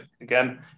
again